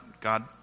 God